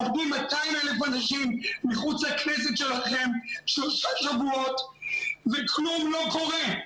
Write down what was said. עומדים 200,000 אנשים מחוץ לכנסת שלכם במשך שלושה שבועות וכלום לא קורה.